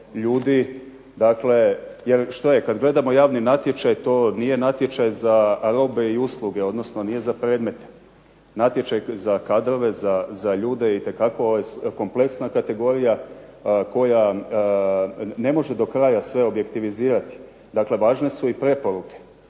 ljudi. Dakle, jer što je? Kad gledamo javni natječaj to nije natječaj za robe i usluge, odnosno nije za predmete. Natječaj za kadrove, za ljude itekako je kompleksna kategorija koja ne može dokraja sve objektivizirati. Dakle, važne su i preporuke.